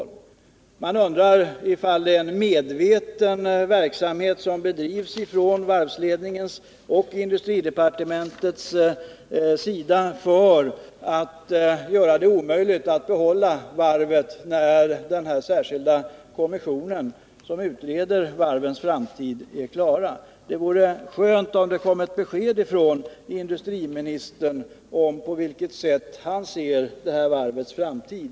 Man undrar om det är en medveten verksamhet som bedrivs från varvsledningens och industridepartementets sida för att göra det omöjligt att behålla varvet sedan den särskilda kommission som utreder varvens framtid är klar med sitt arbete. Jag vore tacksam för ett besked från industriministern om hur han ser på det här varvets framtid.